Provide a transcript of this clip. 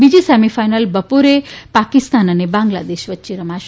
બીજી સેમીફાઇનલ બપોરે પાકિસ્તાન અને બાંગ્લાદેશ વચ્ચે રમાશે